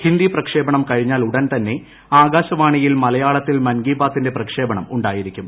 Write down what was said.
ഹിന്ദി പ്രക്ഷേപണം കഴിഞ്ഞാൽ ഉടൻതന്നെ ആകാശവാണിയിൽ മലയാളത്തിൽ മൻ കി ബാത്തിന്റെ പ്രക്ഷേപണം ഉണ്ടായിരിക്കും